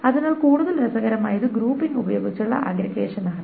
അതിനാൽ കൂടുതൽ രസകരമായത് ഗ്രൂപ്പിംഗ് ഉപയോഗിച്ചുള്ള അഗ്ഗ്രിഗേഷൻ ആണ്